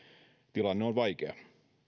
tilanne on vaikea